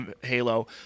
Halo